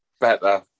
better